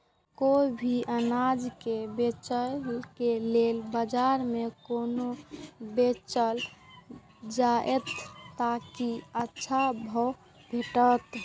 कोय भी अनाज के बेचै के लेल बाजार में कोना बेचल जाएत ताकि अच्छा भाव भेटत?